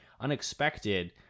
unexpected